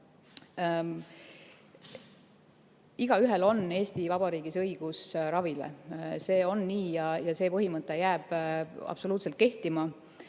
Igaühel on Eesti Vabariigis õigus ravile. See on nii ja see põhimõte jääb absoluutselt kehtima.